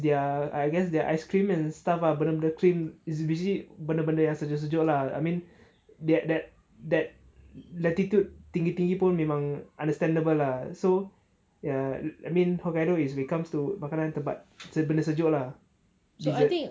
their I guess their ice cream and stuff ah benda-benda cream is usually benda-benda yang sejuk-sejuk I mean that that that latitude tinggi-tinggi pun memang understandable lah so ya I mean hokkaido is when it comes to makanan tempat benda sejuk lah dessert